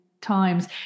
times